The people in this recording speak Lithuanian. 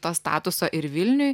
to statuso ir vilniui